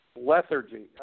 lethargy